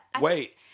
Wait